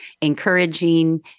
encouraging